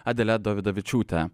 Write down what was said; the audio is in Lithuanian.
adele dovydavičiūte